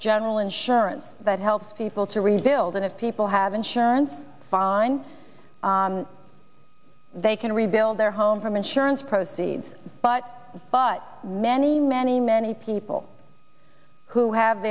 general insurance that helps people to rebuild and if people have insurance fine they can rebuild their home from insurance proceeds but but many many many people who have